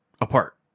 apart